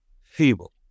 feeble